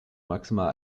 maximal